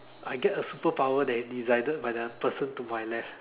I get a superpower that is decided by the person to my left